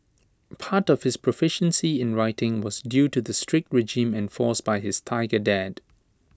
part of his proficiency in writing was due to the strict regime enforced by his Tiger dad